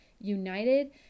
united